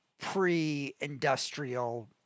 pre-industrial